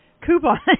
coupon